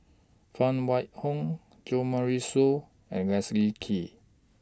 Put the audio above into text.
Phan Wait Hong Jo Marion Seow and Leslie Kee